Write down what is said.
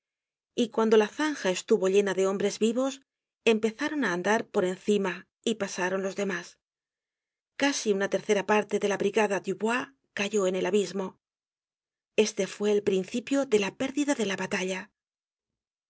y cuando la zanja estuvo llena de hombres vivos empezaron á andar por encima y pasaron los demás casi una tercera parte de la brigada dubois cayó en el abismo este fue el principio de la pérdida de la batalla